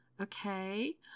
Okay